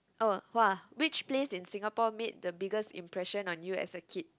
oh !wah! which place in Singapore made the biggest impression on you as a kid